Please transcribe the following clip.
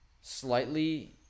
slightly